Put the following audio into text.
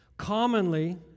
commonly